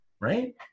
right